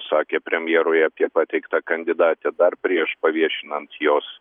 sakė premjerui apie pateiktą kandidatę dar prieš paviešinant jos